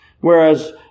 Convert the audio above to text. whereas